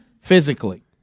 physically